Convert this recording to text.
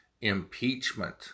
impeachment